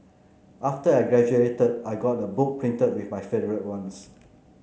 after I graduated I got a book printed with my favourite ones